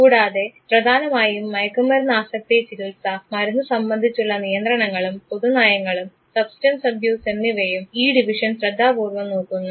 കൂടാതെ പ്രധാനമായും മയക്കുമരുന്ന് ആസക്തി ചികിത്സ മരുന്ന് സംബന്ധിച്ചുള്ള നിയന്ത്രണങ്ങളും പൊതു നയങ്ങളും സബ്സ്റ്റൻസ് അബ്യൂസ് എന്നിവയും ഈ ഡിവിഷൻ ശ്രദ്ധാപൂർവ്വം നോക്കുന്നു